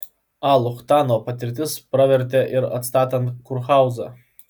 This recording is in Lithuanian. a luchtano patirtis pravertė ir atstatant kurhauzą